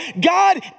God